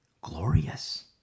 glorious